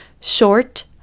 short